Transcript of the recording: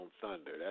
Thunder